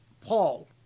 Paul